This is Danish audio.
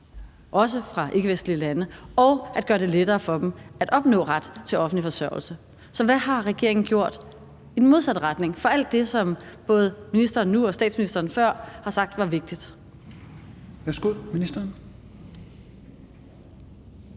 også fra ikkevestlige lande, og at gøre det lettere for dem at opnå ret til offentlig forsørgelse. Så hvad har regeringen gjort i den modsatte retning for alt det, som både ministeren nu og statsministeren før har sagt var vigtigt? Kl. 16:29 Fjerde